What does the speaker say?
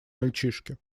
мальчишке